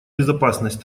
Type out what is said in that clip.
безопасность